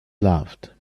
loved